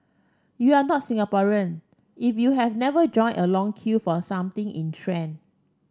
you are not Singaporean if you have never joined a long queue for a something in trend